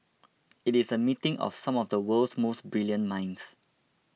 it is a meeting of some of the world's most brilliant minds